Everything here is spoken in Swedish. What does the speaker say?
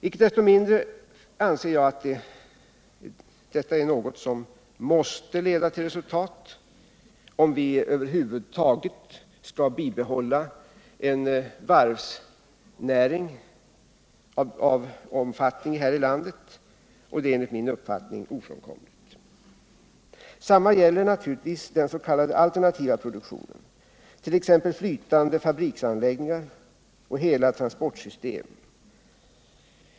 Icke desto mindre anser jag att detta är något som måste leda till resultat om vi över huvud taget skall bibehålla en varvsnäring av någon omfattning här i landet, och det är enligt min uppfattning ofrånkomligt. Detsamma gäller naturligtvis den s.k. alternativa produktionen, t.ex. flytande fabriksanläggningar och hela transportsystem.